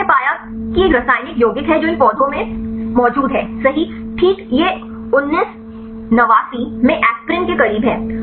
तो उन्होंने पाया कि एक रासायनिक यौगिक है जो इन पौधों में सही मौजूद है ठीक यह 1989 में एस्पिरिन के करीब है